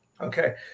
okay